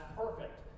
perfect